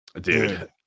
Dude